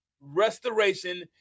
restoration